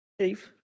Chief